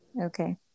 Okay